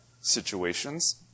situations